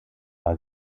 war